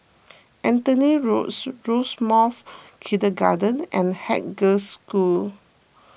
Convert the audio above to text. Anthony Roads Rosemounts Kindergarten and Haig Girls' School